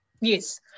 Yes